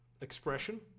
expression